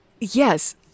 Yes